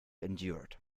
endured